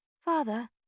Father